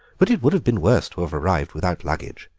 but it would have been worse to have arrived without luggage.